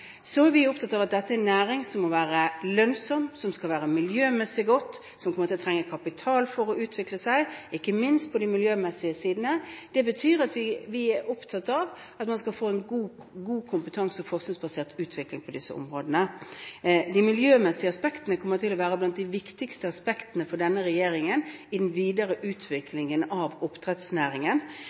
Så er vi opptatt av dette er en næring som må være lønnsom, som skal være miljømessig god, og som kommer til å trenge kapital for å utvikle seg, ikke minst på de miljømessige sidene. Det betyr at vi er opptatt av at man skal få en god kompetanse- og forskningsbasert utvikling på disse områdene. De miljømessige aspektene kommer til å være blant de viktigste aspektene for denne regjeringen i den videre utviklingen av oppdrettsnæringen.